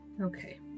Okay